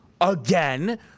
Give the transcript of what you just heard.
again